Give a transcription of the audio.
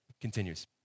Continues